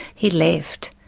he'd left.